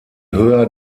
höher